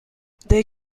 they